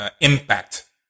impact